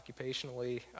occupationally